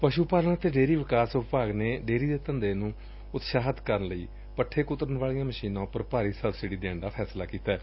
ਪਸ੍ਤੂ ਪਾਲਣ ਅਤੇ ਡੇਅਰੀ ਵਿਕਾਸ ਵਿਭਾਗ ਨੇ ਡੇਅਰੀ ਦੇ ਧੰਦੇ ਨੂੰ ਉਤਸ਼ਾਹਿਤ ਕਰਨ ਲਈ ਪੱਠੇ ਕੁਤਰਨ ਵਾਲੀਆਂ ਮਸ਼ੀਨਾਂ ਉਪਰ ਭਾਰੀ ਸਬਸਿਡੀ ਦੇਣ ਦਾ ਫੈਸਲਾ ਕੀਤੈ